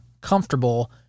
comfortable